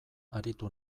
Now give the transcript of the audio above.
aritu